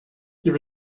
there